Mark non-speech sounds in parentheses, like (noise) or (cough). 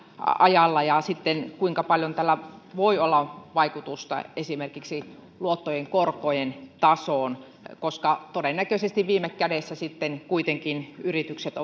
ajalla ja sitten kuinka paljon tällä voi olla vaikutusta esimerkiksi luottojen korkojen tasoon koska todennäköisesti viime kädessä kuitenkin yritykset (unintelligible)